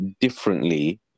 differently